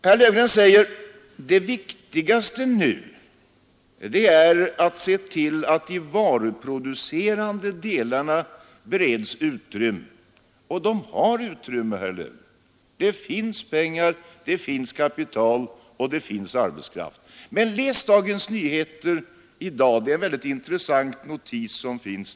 Herr Löfgren säger att det viktigaste nu är att se till att de varuproducerande verksamheterna bereds utrymme. Vi har utrymme, herr Löfgren! Det finns pengar, kapital och arbetskraft. Men läs Dagens Nyheter för i dag. Där finns det en mycket intressant artikel.